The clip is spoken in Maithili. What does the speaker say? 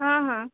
हॅं हॅं